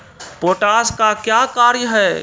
Potash का क्या कार्य हैं?